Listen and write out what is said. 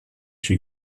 she